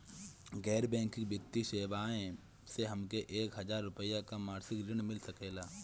गैर बैंकिंग वित्तीय सेवाएं से हमके एक हज़ार रुपया क मासिक ऋण मिल सकेला?